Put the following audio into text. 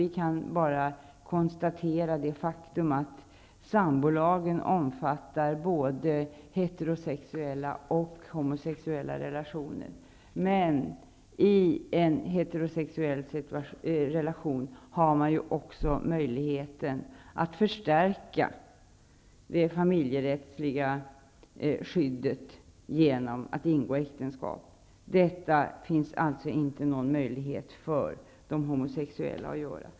Vi kan bara konstatera det faktum att sambolagen omfattar både heterosexuella och homosexuella relationer, men i en heterosexuell relation har man ju möjligheten att förstärka det familjerättsliga skyddet genom att ingå äktenskap. Någon sådan möjlighet har inte de homosexuella.